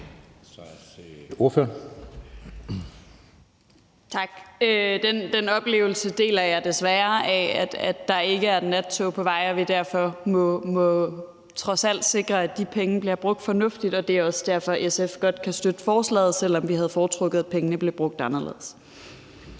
den oplevelse af, at der ikke er et nattog på vej, og at vi derfor må sikre, at de penge trods alt bliver brugt fornuftigt. Det er også derfor, SF godt kan støtte forslaget, selv om vi havde foretrukket, at pengene blev brugt anderledes.